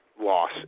loss